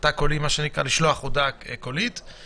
"התא קולי" מה שנקרא,